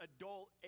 adult